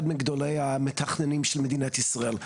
אחד מגדולי המתכננים של מדינת ישראל,